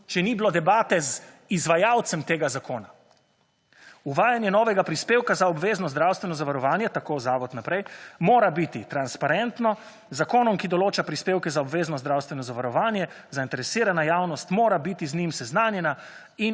Če ni bilo debate z izvajalcem tega zakona. »Uvajanje novega prispevka za obvezno zdravstveno zavarovanje…« - tako zavod naprej – »…mora biti transparentno, z zakonom, ki določa prispevke za obvezno zdravstveno zavarovanje, zainteresirana javnost mora biti z njim seznanjena